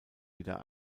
wieder